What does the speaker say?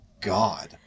God